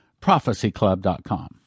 prophecyclub.com